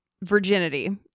virginity